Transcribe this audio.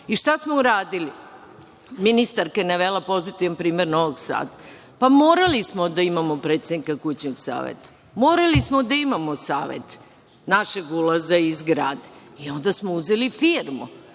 Šta smo uradili? Ministarka je navela pozitivan primer u Novog Sada. Morali smo da imamo predsednika kućnog saveta, morali smo da imamo savet našeg ulaza i zgrade. Onda smo uzeli firmu. Mi